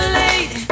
late